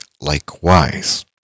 likewise